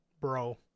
Bro